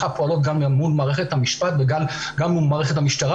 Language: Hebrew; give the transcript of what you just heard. פועלות גם מול מערכת המשפט וגם מול מערכת המשטרה